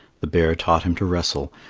the bear taught him to wrestle,